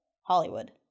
Hollywood